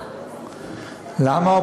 למה?